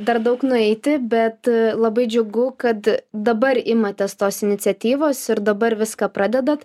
dar daug nueiti bet labai džiugu kad dabar imatės tos iniciatyvos ir dabar viską pradedat